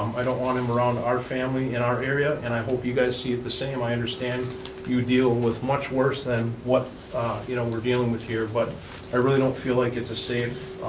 i don't want him around our family in our area, and i hope you guys see it the same. i understand you deal with much worse that and what you know we're dealing with here, but i really don't feel like it's a safe,